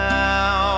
now